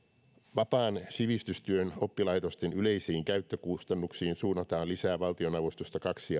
vapaan sivistystyön oppilaitosten yleisiin käyttökustannuksiin suunnataan lisää valtionavustusta kaksi